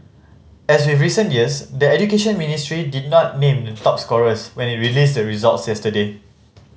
as with recent years the Education Ministry did not name the top scorers when it released the results yesterday